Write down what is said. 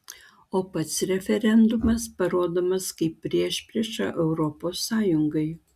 o pats referendumas parodomas kaip priešprieša europos sąjungai